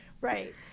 Right